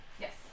Yes